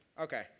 Okay